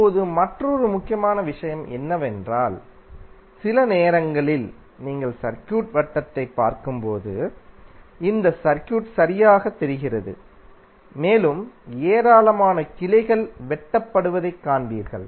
இப்போது மற்றொரு முக்கியமான விஷயம் என்னவென்றால் சில நேரங்களில் நீங்கள் சர்க்யூட் வட்டத்தைப் பார்க்கும்போது இந்த சர்க்யூட் சரியாகத் தெரிகிறது மேலும் ஏராளமான கிளைகள் வெட்டப்படுவதைக் காண்பீர்கள்